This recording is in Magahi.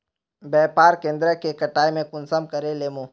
व्यापार केन्द्र के कटाई में कुंसम करे लेमु?